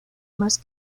más